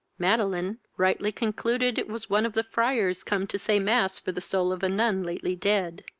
madelin rightly concluded it was one of the friars come to say mass for the soul of a nun lately dead.